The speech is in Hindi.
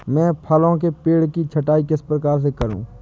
मैं फलों के पेड़ की छटाई किस प्रकार से करूं?